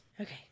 Okay